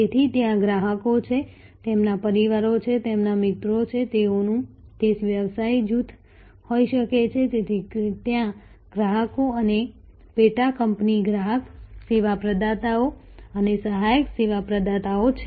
તેથી ત્યાં ગ્રાહકો છે તેમના પરિવારો છે તેમના મિત્રો છે તેઓનું તે વ્યવસાય જૂથ હોઈ શકે છે તેથી ત્યાં ગ્રાહકો અને પેટાકંપની ગ્રાહક સેવા પ્રદાતાઓ અને સહાયક સેવા પ્રદાતાઓ છે